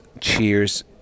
cheers